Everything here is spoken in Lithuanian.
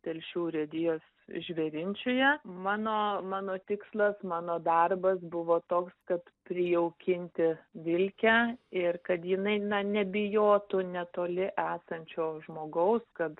telšių urėdijos žvėrinčiuje mano mano tikslas mano darbas buvo toks kad prijaukinti vilkę ir kad jinai na nebijotų netoli esančio žmogaus kad